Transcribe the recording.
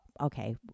okay